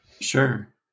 Sure